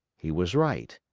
he was right.